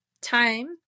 time